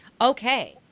Okay